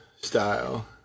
style